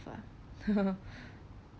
ah